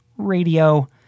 Radio